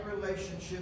relationship